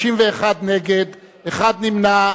51 נגד, אחד נמנע.